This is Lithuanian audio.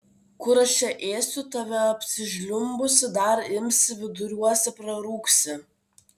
kur aš čia ėsiu tave apsižliumbusį dar imsi viduriuose prarūgsi